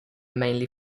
mainly